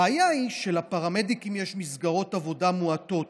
הבעיה היא שלפרמדיקים יש מסגרות עבודה מועטות,